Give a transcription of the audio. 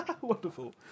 Wonderful